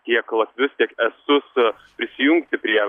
tiek latvius tiek estus prisijungti prie